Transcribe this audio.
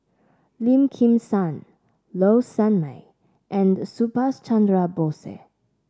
Lim Kim San Low Sanmay and Subhas Chandra Bose